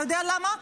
אתה יודע למה?